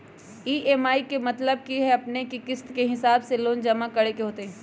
EMI के मतलब है कि अपने के किस्त के हिसाब से लोन जमा करे के होतेई?